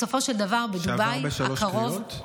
בסופו של דבר, בדובאי הקרוב, שעבר בשלוש קריאות?